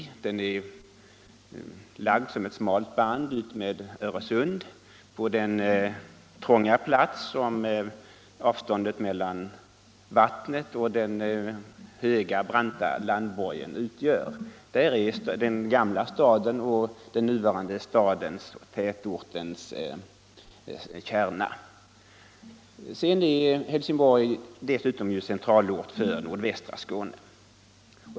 Staden är lagd som ett smalt band utmed Öresund på den trånga plats som avståndet mellan vattnet och den höga, branta landborgen utgör. Där finns den gamla stadens och den nuvarande tätortens kärna. Helsingborg är dessutom centralort för nordvästra Skåne.